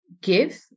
give